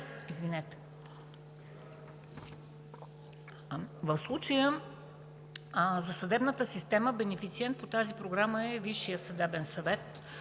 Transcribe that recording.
проекти. В случая за съдебната система бенефициент по тази програма е Висшият съдебен съвет,